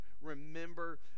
remember